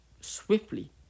swiftly